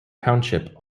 township